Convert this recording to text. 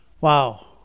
Wow